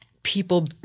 People